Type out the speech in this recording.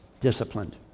disciplined